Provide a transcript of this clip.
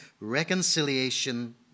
reconciliation